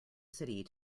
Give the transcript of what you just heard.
city